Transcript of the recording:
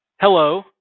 Hello